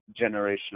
generational